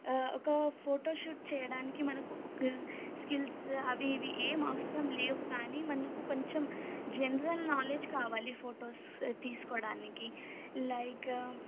ఒక photo shoot చేయడానికి మనకు ఒక స్కిల్స్ అవి ఇవి ఏమి అవసరం లేవు కానీ మనకు కొంచెం జనరల్ నాలెడ్జ్ కావాలి ఫొటోస్ తీసుకోవడానికి లైక్